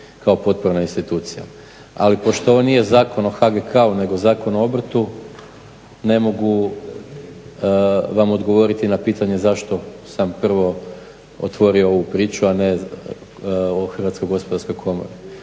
kao potporna institucija. Ali pošto ovo nije Zakon o HGK-u nego Zakon o obrtu ne mogu vam odgovoriti na pitanje zašto sam prvo otvorio ovu priču a ne o HKU-u. Znači ovo